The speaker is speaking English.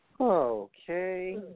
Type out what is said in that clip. Okay